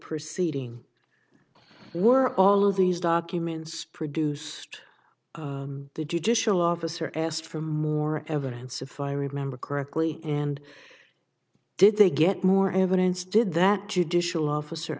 proceeding were all of these documents produced the judicial officer asked for more evidence if i remember correctly and did they get more evidence did that judicial officer